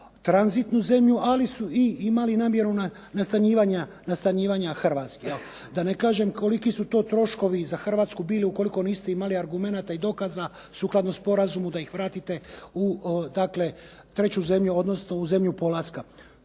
tranzitnu zemlju ali su imali namjeru nastanjivanja u Hrvatskoj. Da ne kažem koliki su to troškovi bili za Hrvatsku ukoliko niste imali argumenata i dokaza, sukladno sporazumu da ih vratite u treću zemlju, odnosno zemlju polaska.